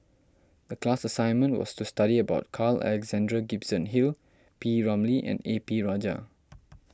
the class assignment was to study about Carl Alexander Gibson Hill P Ramlee and A P Rajah